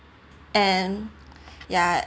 and ya